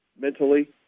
mentally